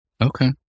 Okay